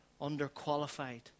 underqualified